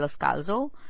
Loscalzo